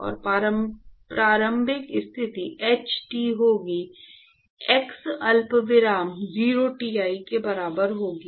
और प्रारंभिक स्थिति T होगी x अल्पविराम 0 Ti के बराबर होगी